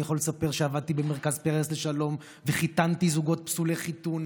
אני יכול לספר שעבדתי במרכז פרס לשלום וחיתנתי זוגות פסולי חיתון